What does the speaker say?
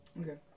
Okay